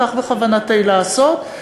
כך בכוונתי לעשות.